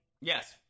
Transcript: Yes